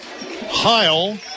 Heil